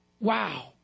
wow